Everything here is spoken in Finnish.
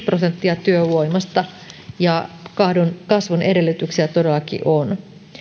prosenttia työvoimasta ja kasvun edellytyksiä todellakin on